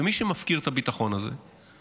ומי שמפקיר את הביטחון הזה הוא